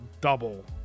double